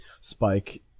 Spike